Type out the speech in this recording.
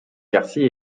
quartier